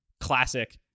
classic